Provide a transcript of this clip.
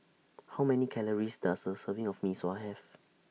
How Many Calories Does A Serving of Mee Sua Have